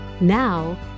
Now